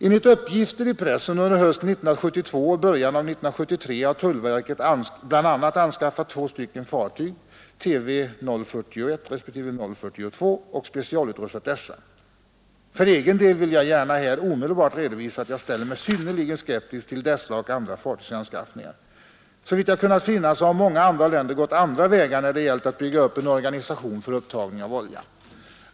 Enligt uppgifter under hösten 1972 och början av 1973 har tullverket anskaffat två fartyg, Tv 041 respektive 042, och specialutrustat dessa. För egen del vill jag gärna här omedelbart redovisa att jag ställer mig synnerligen skeptisk till dessa och andra fartygsanskaffningar. Såvitt jag kunnat finna har många andra länder gått andra vägar när det gällt att bygga upp en organisation för upptagning av olja.